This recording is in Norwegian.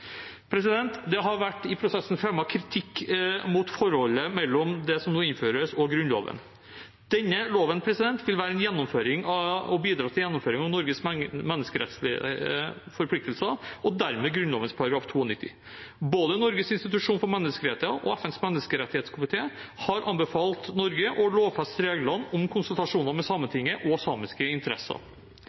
Det har i prosessen vært fremmet kritikk mot forholdet mellom det som nå innføres, og Grunnloven. Denne loven vil bidra til gjennomføring av Norges menneskerettslige forpliktelser og dermed Grunnloven § 92. Både Norges institusjon for menneskerettigheter og FNs menneskerettighetskomité har anbefalt Norge å lovfeste reglene om konsultasjoner med Sametinget og samiske interesser.